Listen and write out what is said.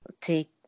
Take